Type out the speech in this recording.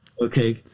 Okay